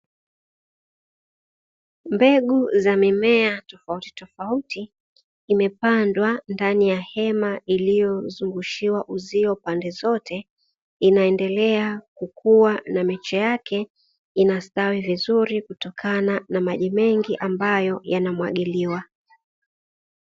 Mbegu za mimea tofautitofauti imepandwa ndani ya hema iliyozungushiwa uzio pande zote, inaendelea kukua na miche yake inastawi vizuri kutokana na maji mengi ambayo yanayomwagiliwa.